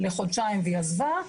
והיא עזבה.